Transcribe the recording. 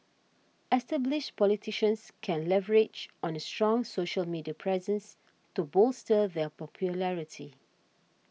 established politicians can leverage on a strong social media presence to bolster their popularity